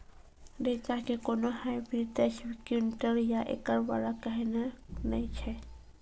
रेचा के कोनो हाइब्रिड दस क्विंटल या एकरऽ वाला कहिने नैय छै?